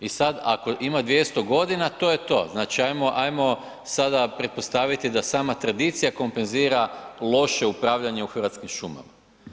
I sad ako ima 200 g., to je to. znači ajmo sada pretpostaviti da sama tradicija kompenzira loše upravljanje u Hrvatskim šumama.